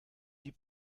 die